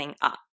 up